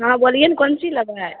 हाँ बोलिए ने कोन चीज लेबै